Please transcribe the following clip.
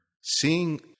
seeing